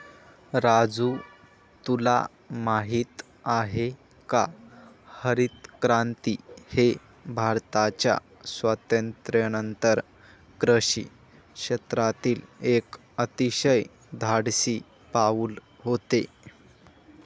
राजू तुला माहित आहे का हरितक्रांती हे भारताच्या स्वातंत्र्यानंतर कृषी क्षेत्रातील एक अतिशय धाडसी पाऊल होते